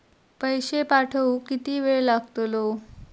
पैशे पाठवुक किती वेळ लागतलो?